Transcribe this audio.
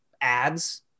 ads